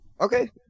Okay